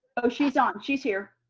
oh she's on, she's here.